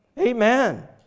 Amen